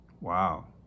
Wow